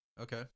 Okay